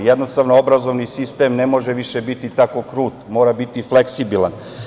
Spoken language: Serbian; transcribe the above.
Jednostavno obrazovni sistem ne može više biti tako krut, mora biti fleksibilan.